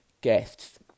guests